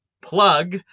plug